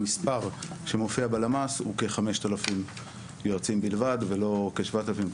המספר שמופיע בלמ"ס הוא כ-5,000 יועצים בלבד ולא כ-7,000,